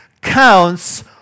counts